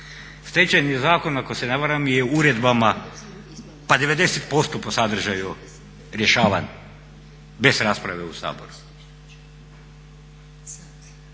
Stečajni zakon ako se ne varam je uredbama pa 90% po sadržaju rješavan bez rasprave u Saboru